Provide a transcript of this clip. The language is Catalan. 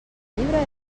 llibre